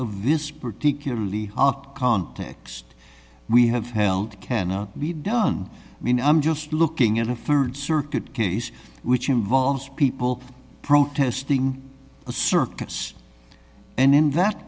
this particular context we have held can be done i mean i'm just looking at a for circuit case which involves people protesting a circus and in that